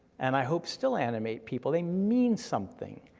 and i hope still animate people, they mean something,